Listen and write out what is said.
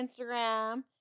Instagram